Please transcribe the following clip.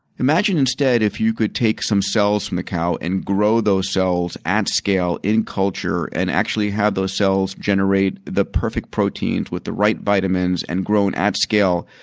imagine instead if you could take some cells from the cow and grow those cells at scale in culture and actually have those cells generate the perfect proteins with the right vitamins and grow them and at scale.